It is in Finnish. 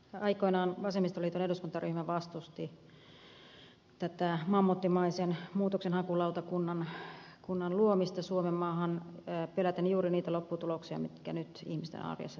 aikoinaan vasemmistoliiton eduskuntaryhmä vastusti tätä mammuttimaisen muutoksenhakulautakunnan luomista suomenmaahan peläten juuri niitä lopputuloksia mitkä nyt ihmisten arjessa toteutuvat